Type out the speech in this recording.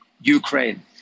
Ukraine